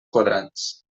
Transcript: quadrats